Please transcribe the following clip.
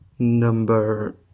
Number